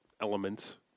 elements